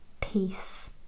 peace